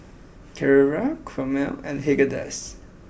Carrera Chomel and Haagen Dazs